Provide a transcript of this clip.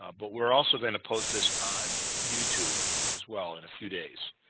ah but we're also going to post this on youtube as well in a few days,